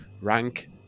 rank